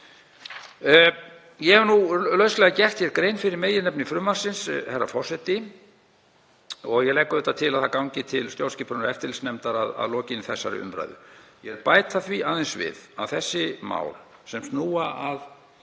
Ég hef nú lauslega gert grein fyrir meginefni frumvarpsins, herra forseti. Ég legg auðvitað til að það gangi til stjórnskipunar- og eftirlitsnefndar að lokinni þessari umræðu. Ég vil bæta því aðeins við að þau mál sem snúa að